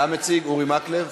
אתה מציג, אורי מקלב?